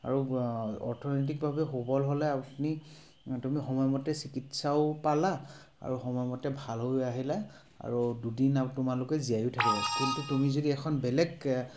আৰু অৰ্থনৈতিকভাৱে সবল হ'লে আপুনি তুমি সময়মতে চিকিৎসাও পালা আৰু সময়মতে ভাল হৈও আহিলা আৰু দুদিন তোমালোকে জীয়াও থাকিবা কিন্তু তুমি যদি এখন বেলেগ